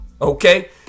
okay